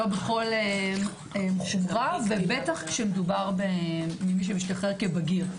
לא בכל- -- ובטח כשמדובר במי שמשתחרר כבגיר.